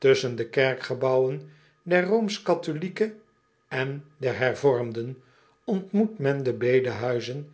tusschen de kerkgebouwen der en der ervormden ontmoet men de bedehuizen